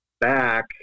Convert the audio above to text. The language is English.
back